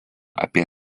apie